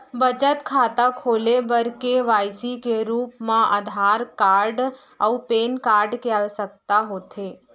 बचत खाता खोले बर के.वाइ.सी के रूप मा आधार कार्ड अऊ पैन कार्ड के आवसकता होथे